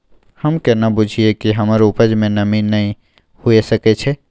हम केना बुझीये कि हमर उपज में नमी नय हुए सके छै?